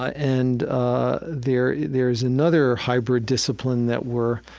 ah and ah there there is another hybrid discipline that we're